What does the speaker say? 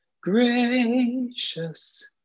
gracious